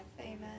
Amen